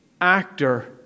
actor